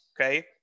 okay